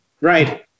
Right